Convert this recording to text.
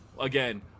again